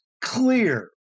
clear